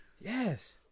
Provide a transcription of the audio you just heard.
Yes